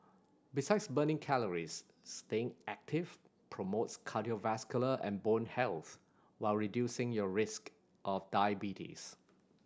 besides burning calories staying active promotes cardiovascular and bone health while reducing your risk of diabetes